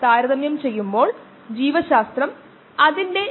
തീർച്ചയായും ഇത് ഒരു ബയോ റിയാക്ടറിന്റെ ലളിതമായ രൂപമാണ്